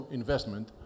investment